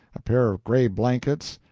a pair of gray blankets,